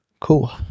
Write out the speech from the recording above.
cool